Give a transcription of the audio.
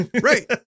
Right